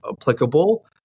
applicable